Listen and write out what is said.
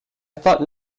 thought